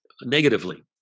negatively